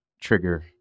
trigger